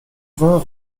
vingt